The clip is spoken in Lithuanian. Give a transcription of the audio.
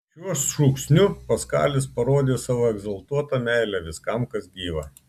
šiuo šūksniu paskalis parodė savo egzaltuotą meilę viskam kas gyva